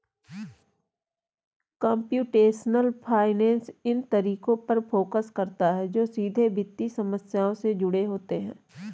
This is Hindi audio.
कंप्यूटेशनल फाइनेंस इन तरीकों पर फोकस करता है जो सीधे वित्तीय समस्याओं से जुड़े होते हैं